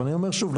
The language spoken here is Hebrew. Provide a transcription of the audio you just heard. אבל אני אומר שוב,